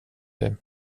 det